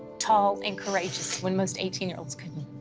tall and courageous when most eighteen year olds couldn't.